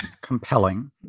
compelling